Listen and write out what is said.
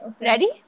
Ready